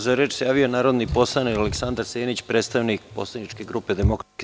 Za reč se javio narodni poslanik Aleksandar Senić, predstavnik poslaničke DS.